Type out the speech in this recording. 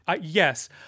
yes—